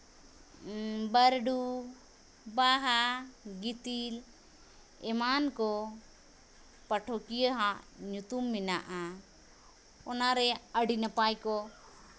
ᱵᱟᱹᱨᱰᱩ ᱵᱟᱦᱟ ᱜᱤᱛᱤᱞ ᱮᱢᱟᱱ ᱠᱚ ᱯᱟᱴᱷᱚᱠᱤᱭᱟᱹᱣᱟᱜ ᱧᱩᱛᱩᱢ ᱢᱮᱱᱟᱜᱼᱟ ᱚᱱᱟᱨᱮ ᱟᱹᱰᱤ ᱱᱟᱯᱟᱭ ᱠᱚ